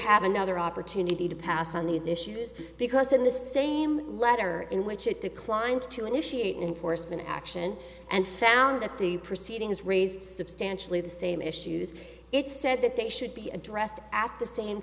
have another opportunity to pass on these issues because in the same letter in which it declined to initiate enforcement action and found that the proceedings raised substantially the same issues it's said that they should be addressed at the same